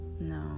no